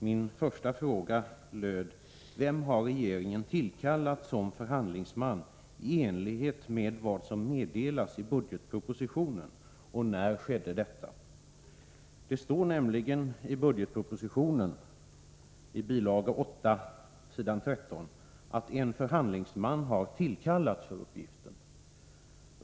Min första fråga löd: ”Vem har regeringen tillkallat som förhandlingsman i enlighet med vad som meddelas i budgetpropositionen, och när skedde detta?” Det står nämligen i budgetpropositionen, bil. 8 s. 13, att en förhandlingsman har tillkallats för uppgiften.